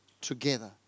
together